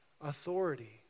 authority